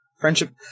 Friendship